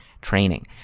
training